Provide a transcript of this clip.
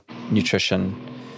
nutrition